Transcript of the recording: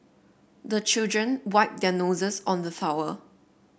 the children wipe their noses on the towel